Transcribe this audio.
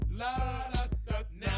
Now